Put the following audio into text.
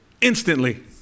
instantly